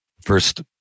first